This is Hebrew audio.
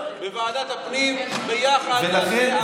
בוועדת הפנים ביחד נעשה עבודה.